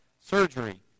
surgery